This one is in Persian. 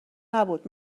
نبود